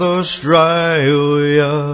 Australia